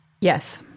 Yes